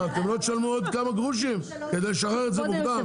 תשלמו עוד כמה גרושים כדי לשחרר את זה מוקדם?